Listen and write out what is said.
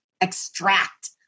extract